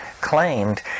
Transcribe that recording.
claimed